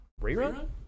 rerun